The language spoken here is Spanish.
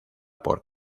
por